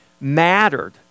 mattered